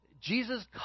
Jesus